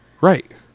Right